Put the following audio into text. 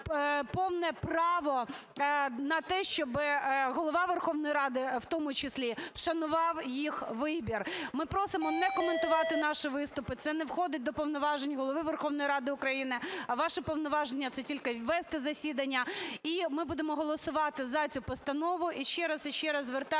повне право на те, щоби Голова Верховної Ради в тому числі шанував їх вибір. Ми просимо не коментувати наші виступи, це не входить до повноважень Голови Верховної Ради України. А ваші повноваження – це тільки вести засідання. І ми будемо голосувати за цю постанову, і ще раз, і ще раз звертаємося